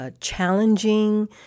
challenging